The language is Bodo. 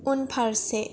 उनफारसे